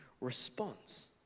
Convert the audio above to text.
response